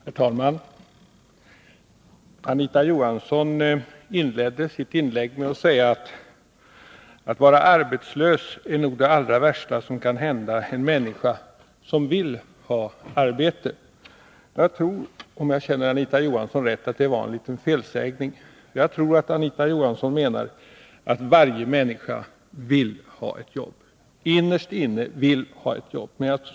Herr talman! Anita Johansson inledde sitt inlägg med att säga: Att vara arbetslös är nog det allra värsta som kan hända en människa som vill ha arbete. Jag tror, om jag känner Anita Johansson rätt, att det var en liten felsägning. Jag tror att Anita Johansson menade att varje människa innerst inne vill ha ett jobb.